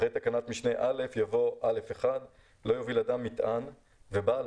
אחרי תקנת משנה (א) יבוא: "(א1) לא יוביל אדם מטען ובעל